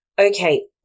okay